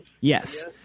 Yes